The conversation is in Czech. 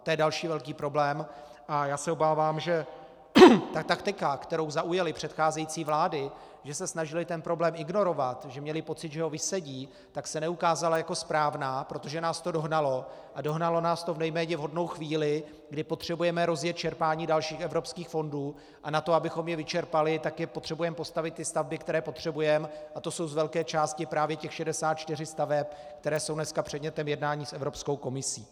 To je další velký problém a obávám se, že taktika, kterou zaujaly předcházející vlády, že se snažily ten problém ignorovat, že měly pocit, že ho vysedí, se neukázala jako správná, protože nás to dohnalo, a dohnalo nás to v nejméně vhodnou chvíli, kdy potřebujeme rozjet čerpání dalších evropských fondů, a na to, abychom je vyčerpali, potřebujeme postavit ty stavby, které potřebujeme, a to je z velké části právě těch 64 staveb, které jsou dneska předmětem jednání s Evropskou komisí.